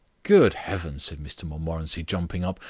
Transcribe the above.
good heavens, said mr montmorency, jumping up,